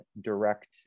direct